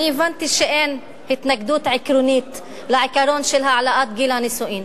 אני הבנתי שאין התנגדות עקרונית לעיקרון של העלאת גיל הנישואין.